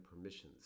permissions